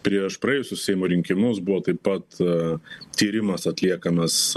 prieš praėjusius seimo rinkimus buvo taip pat tyrimas atliekamas